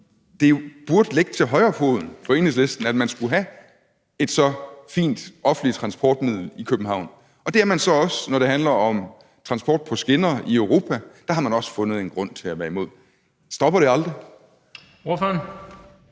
jo burde ligge lige til højrebenet for Enhedslisten, at vi skulle have et så fint offentligt transportmiddel i København. Og det er man så også, når det handler om transport på skinner i Europa; der har man også fundet en grund til at være imod. Stopper det aldrig?